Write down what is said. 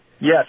Yes